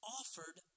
offered